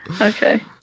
Okay